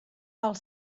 els